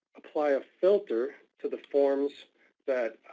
apply a filter to the forms that